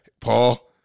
Paul